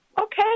okay